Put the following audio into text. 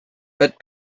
but